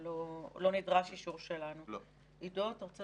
ולא נדרש אישור שלנו, נכון?